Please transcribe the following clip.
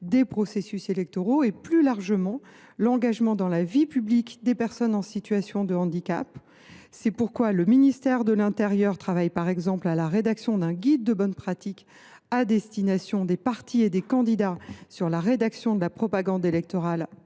des processus électoraux et, plus largement, l’engagement dans la vie publique des personnes en situation de handicap. C’est pourquoi le ministre de l’intérieur travaille, par exemple, à la rédaction d’un guide de bonnes pratiques à destination des partis et des candidats sur la rédaction de la propagande électorale